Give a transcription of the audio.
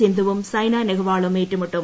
സിന്ധുവും സൈന നെഹ്വാളും ഏറ്റുമുട്ടും